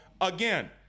Again